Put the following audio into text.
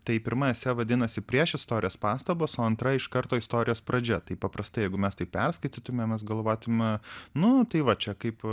tai pirma esė vadinasi priešistorės pastabos o antra iš karto istorijos pradžia taip paprastai jeigu mes tai perskaitytumėm mes galvotume nu tai va čia kaip